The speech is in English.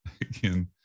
Again